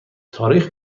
تاریخ